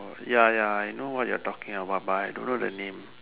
ya ya I know what you're talking about but I don't know the name